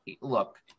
look